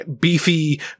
beefy